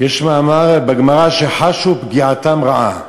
יש מאמר בגמרא, שחשו פגיעתם רעה.